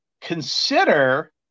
consider